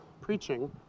preaching